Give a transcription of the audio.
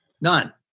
None